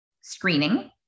screening